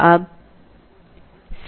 अब c की लागत क्या है